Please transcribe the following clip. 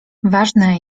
ważne